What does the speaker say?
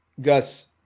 Gus